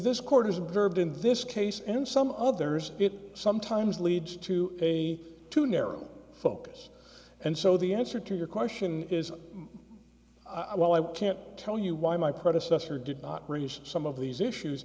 this court is observed in this case and in some others it sometimes leads to a too narrow focus and so the answer to your question is i well i can't tell you why my predecessor did not raise some of these issues